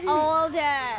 older